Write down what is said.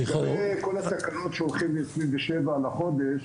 כל התקנות שהולכים ל-27 בחודש,